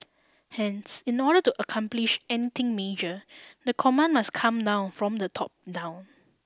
hence in order to accomplish anything major the command must come now from the top down